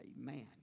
Amen